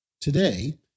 today